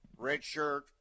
redshirt